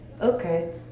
Okay